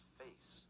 face